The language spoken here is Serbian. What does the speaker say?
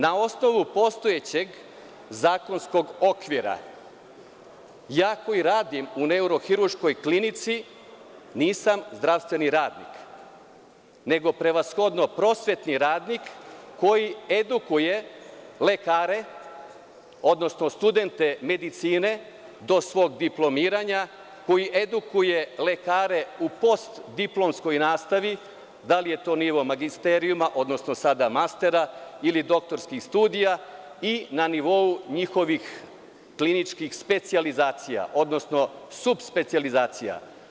Na osnovu postojećeg zakonskog okvira, ja koji radim u neurohirurškoj klinici nisam zdravstveni radnik, nego prevashodno prosvetni radnik koji edukuje lekare, odnosno studente medicine do svog diplomiranja, koji edukuje lekare u postdiplomskoj nastavi, da li je to nivo magisterijuma, odnosno sada mastera, ili doktorskih studija i na nivou njihovih kliničkih specijalizacija, odnosno subspecijalizacije.